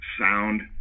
sound